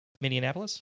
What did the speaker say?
Minneapolis